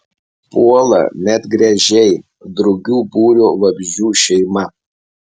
puola medgręžiai drugių būrio vabzdžių šeima